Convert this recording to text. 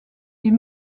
est